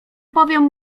powiem